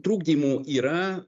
trukdymų yra